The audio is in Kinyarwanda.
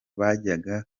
bajyaga